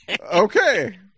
Okay